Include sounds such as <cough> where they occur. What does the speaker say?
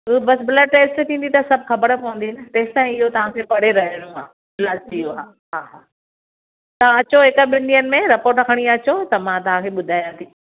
ॿियो बसि blood test थींदी त सभु ख़बर पवंदी न तेसिताईं इहो तव्हांखे परे रहणो आहे <unintelligible> हा हा तव्हां अचो हिकु ॿिनि ॾींहंनि में रिपोर्ट खणी अचो त मां तव्हांखे ॿुधायांव थी